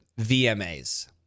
VMAs